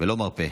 ולא מרפה.